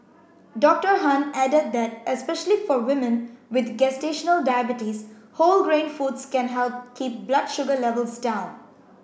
Doctor Han added that especially for women with gestational diabetes whole grain foods can help keep blood sugar levels down